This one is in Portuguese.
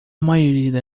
maioria